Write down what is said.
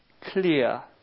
clear